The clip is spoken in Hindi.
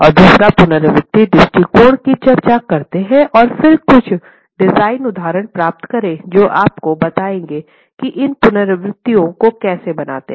और दूसरा पुनरावृत्ति दृष्टिकोण की चर्चा करते हैं और फिर कुछ डिज़ाइन उदाहरण प्राप्त करें जो आपको बताएंगे कि इन पुनरावृत्तियों को कैसे बनाते हैं